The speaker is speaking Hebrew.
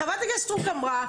חה"כ סטרוק אמרה,